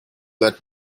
let